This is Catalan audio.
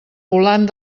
volant